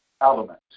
element